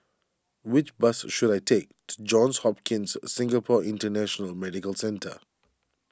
which bus should I take to Johns Hopkins Singapore International Medical Centre